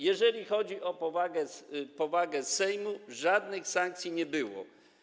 Jeżeli chodzi o powagę Sejmu, żadnych sankcji nie było.